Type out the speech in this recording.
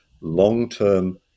long-term